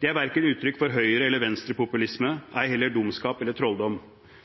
Det kalles demokrati. Det er uttrykk for verken høyre- eller venstrepopulisme, ei heller dumskap eller trolldom.